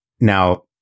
now